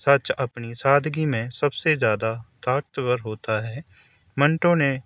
سچ اپنی سادگی میں سب سے زیادہ طاقتور ہوتا ہے منٹوں نے